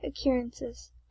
occurrences